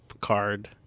card